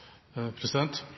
inntil